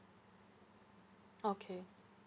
okay